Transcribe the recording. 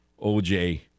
OJ